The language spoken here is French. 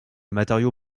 matériau